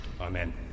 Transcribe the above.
Amen